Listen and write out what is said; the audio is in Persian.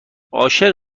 عاشق